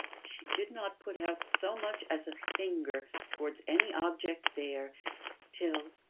she did not put out so much as a finger towards any object there till